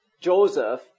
Joseph